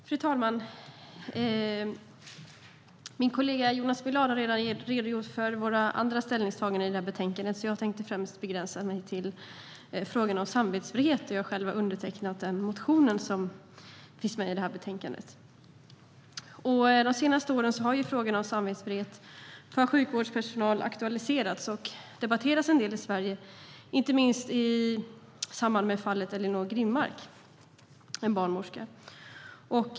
Fru talman! Min kollega Jonas Millard har redan redogjort för våra andra ställningstaganden i det här betänkandet. Jag tänkte begränsa mig främst till frågan om samvetsfrihet då jag själv har undertecknat den motionen, som finns med i betänkandet. De senaste åren har frågan om samvetsfrihet för sjukvårdspersonal aktualiserats och debatterats en del i Sverige inte minst i samband med fallet Ellinor Grimmark, en barnmorska.